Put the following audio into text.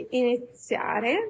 iniziare